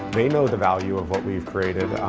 they know the value of what we've created.